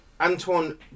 antoine